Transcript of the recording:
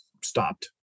stopped